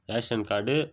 ration card